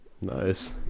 Nice